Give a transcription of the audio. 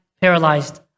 paralyzed